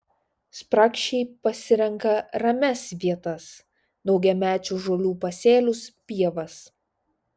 spragšiai pasirenka ramias vietas daugiamečių žolių pasėlius pievas